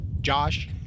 Josh